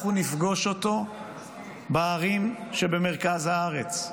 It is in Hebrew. אנחנו נפגוש אותו בערים שבמרכז הארץ,